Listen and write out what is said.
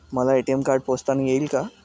मला ATM card पोस्टाने येईल का?